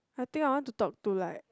I think I want to talk to like